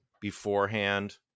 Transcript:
beforehand